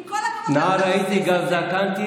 עם כל הכבוד לתכסיס הזה.